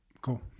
Cool